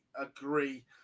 agree